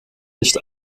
nicht